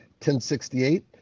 1068